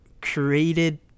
created